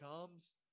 comes